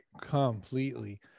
Completely